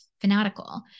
fanatical